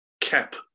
cap